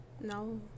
No